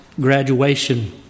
graduation